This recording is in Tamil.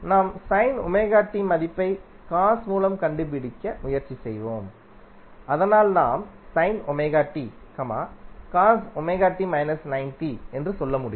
நாம் மதிப்பைக் காஸ் மூலம் கண்டுபிடிக்க முயற்சி செய்வோம்அதனால் நாம் என்று சொல்ல முடியும்